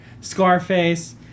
Scarface